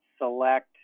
select